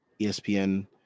espn